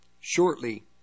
shortly